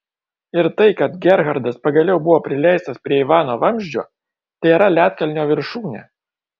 ir tai kad gerhardas pagaliau buvo prileistas prie ivano vamzdžio tėra ledkalnio viršūnė